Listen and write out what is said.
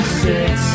six